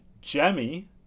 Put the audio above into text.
jemmy